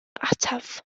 ataf